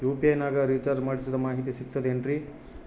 UPI ನಾಗ ನಾ recharge ಮಾಡಿಸಿದ ಮಾಹಿತಿ ಸಿಕ್ತದೆ ಏನ್ರಿ?